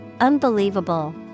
Unbelievable